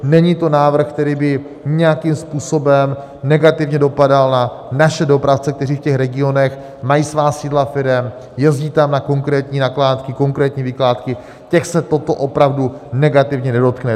Není to návrh, který by nějakým způsobem negativně dopadal na naše dopravce, kteří v regionech mají svá sídla firem, jezdí tam na konkrétní nakládky, konkrétní vykládky, těch se toto opravdu negativně nedotkne.